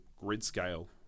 grid-scale